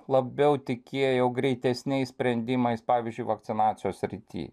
labiau tikėjau greitesniais sprendimais pavyzdžiui vakcinacijos srity